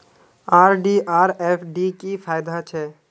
RD आर FD की फ़ायदा छे?